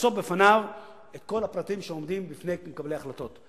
לחשוף בפניו את כל הפרטים שעומדים בפני מקבלי ההחלטות.